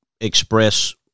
express